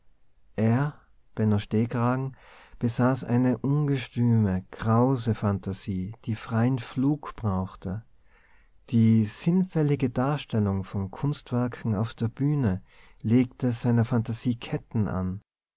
er benno stehkragen besaß eine ungestüme krause phantasie die freien flug brauchte die sinnfällige darstellung von kunstwerken auf der bühne legte seiner phantasie ketten an